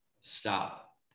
stop